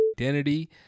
identity